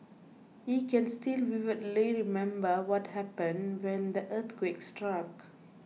he can still vividly remember what happened when the earthquake struck